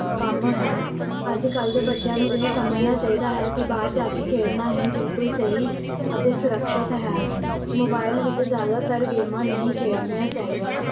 ਕੰਮ ਹੈ ਅੱਜ ਕੱਲ੍ਹ ਦੇ ਬੱਚਿਆਂ ਨੂੰ ਇਹ ਸਮਝਣਾ ਚਾਹੀਦਾ ਹੈ ਕਿ ਬਾਹਰ ਜਾ ਕੇ ਖੇਡਣਾ ਹੀ ਬਿਲਕੁਲ ਸਹੀ ਅਤੇ ਸੁਰਕਸ਼ਿਤ ਹੈ ਮੋਬਾਇਲ ਵਿੱਚ ਜ਼ਿਆਦਾਤਰ ਗੇਮਾਂ ਨਹੀਂ ਖੇਡਣੀਆਂ ਚਾਹੀਦੀਆਂ